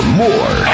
more